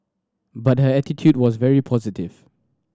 but her attitude was very positive